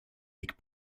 future